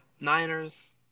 Niners